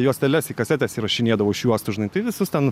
juosteles į kasetes įrašinėdavo iš juostų žinai tai visus ten